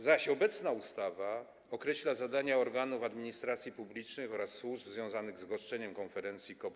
Zaś obecna ustawa określa zadania organów administracji publicznej oraz służb związane z goszczeniem konferencji COP24.